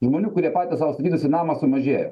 žmonių kurie patys sau statytųsi namą sumažėjo